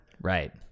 Right